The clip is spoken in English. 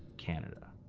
canada.